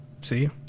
See